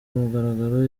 mugaragaro